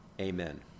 Amen